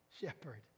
shepherd